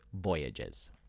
voyages